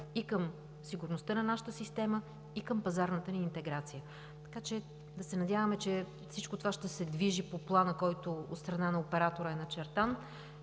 към сигурността на нашата система и към пазарната ни интеграция. Да се надяваме, че всичко това ще се движи по плана, който е начертан от страна на оператора, и това,